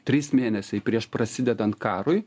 trys mėnesiai prieš prasidedant karui